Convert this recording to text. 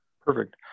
Perfect